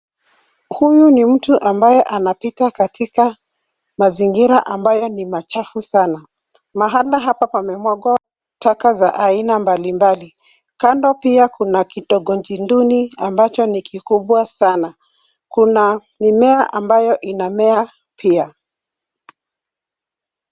Huyu ni mtu ambaye anapika katika mazingira ambayo ni machafu sana. Mahala hapa pamemwagwa taka za aina mbalimbali. Kando pia kuna kitongoji duni ambacho ni kikubwa sana. Kuna mimea ambayo inamea pia.